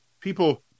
people